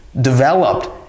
developed